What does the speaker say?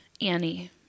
Annie